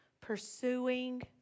pursuing